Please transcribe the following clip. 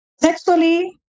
sexually